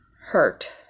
hurt